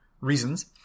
reasons